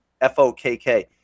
F-O-K-K